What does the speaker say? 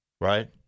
Right